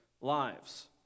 lives